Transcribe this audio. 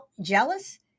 jealous